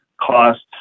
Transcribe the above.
costs